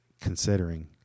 considering